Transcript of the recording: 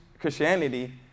Christianity